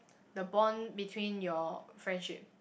the bond between your friendship